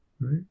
Right